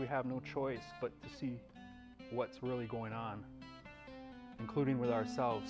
we have no choice but to see what's really going on including with ourselves